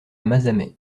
mazamet